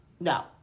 No